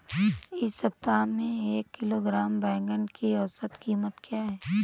इस सप्ताह में एक किलोग्राम बैंगन की औसत क़ीमत क्या है?